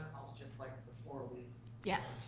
just like before, we yes.